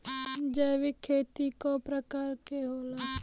जैविक खेती कव प्रकार के होला?